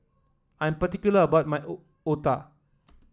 I am particular about my O Otah